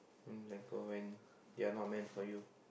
you have to let go when they are not meant for you